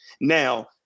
now